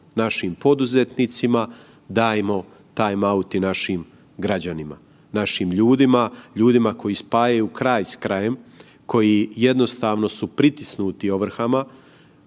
našim poduzetnicima dajmo time out i našim građanima, našim ljudima, ljudima koji spajaju kraj s krajem, koji su jednostavno pritisnuti ovrhama.